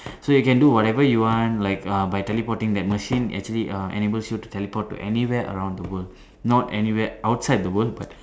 so you can do whatever you want like uh by teleporting that machine actually uh enables you to teleport to anywhere around the world not anywhere outside the world but